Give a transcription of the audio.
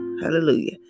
Hallelujah